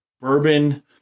bourbon